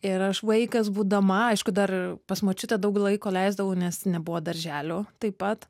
ir aš vaikas būdama aišku dar pas močiutę daug laiko leisdavau nes nebuvo darželių taip pat